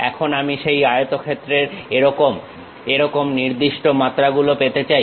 এখন আমি সেই আয়তক্ষেত্রের এরকম এরকম নির্দিষ্ট মাত্রা গুলো পেতে চাই